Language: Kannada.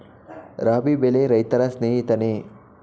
ರಾಬಿ ಬೆಳೆ ರೈತರ ಸ್ನೇಹಿತನೇ?